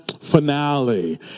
Finale